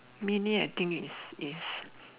mainly I think is is